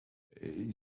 c’est